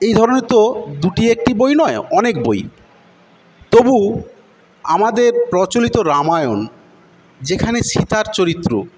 এই ধরনের তো দুটি একটি বই নয় অনেক বই তবু আমাদের প্রচলিত রামায়ণ যেখানে সীতার চরিত্র